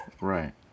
Right